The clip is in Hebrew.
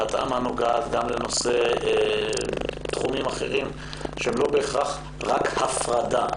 ההתאמה נוגעת גם לתחומים אחרים שהם לא בהכרח רק הפרדה.